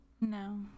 No